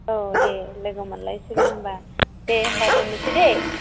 औ दे लोगोमोनलायसिगोन होनबा दे होनबा दोननोसै दे